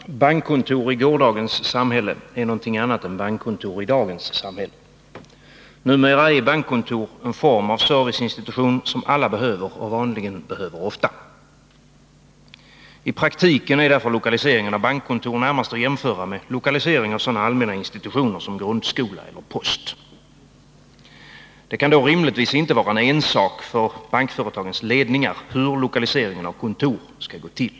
Fru talman! Bankkontor i gårdagens samhälle är något annat än bankkontor i dagens samhälle. Numera är bankkontor en serviceinstitution som alla behöver, och vanligen behöver man dem ofta. I praktiken är lokaliseringen av bankkontor närmast att jämföra med lokalisering av allmänna institutioner som grundskola och post. Det kan då rimligtvis inte vara en ensak för bankföretagens ledningar hur lokaliseringen av kontor skall gå till.